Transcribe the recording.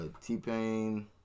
T-Pain